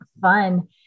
fun